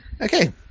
Okay